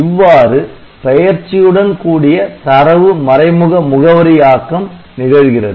இவ்வாறு பெயர்ச்சியுடன் கூடிய தரவு மறைமுக முகவரியாக்கம் நிகழ்கிறது